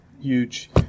Huge